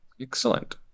Excellent